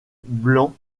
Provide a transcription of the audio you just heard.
blancs